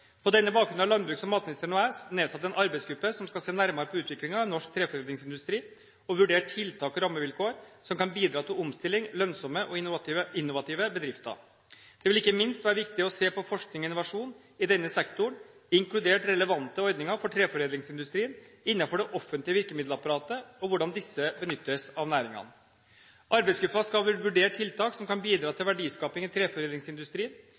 på alvor. På denne bakgrunn har landbruks- og matministeren og jeg nedsatt en arbeidsgruppe som skal se nærmere på utviklingen i norsk treforedlingsindustri og vurdere tiltak og rammevilkår som kan bidra til omstilling, lønnsomme og innovative bedrifter. Det vil ikke minst være viktig å se på forskning og innovasjon i denne sektoren, inkludert relevante ordninger for treforedlingsindustrien innenfor det offentlige virkemiddelapparatet og hvordan disse benyttes av næringen. Arbeidsgruppen skal vurdere tiltak som kan bidra til verdiskaping i treforedlingsindustrien.